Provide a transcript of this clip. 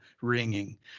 ringing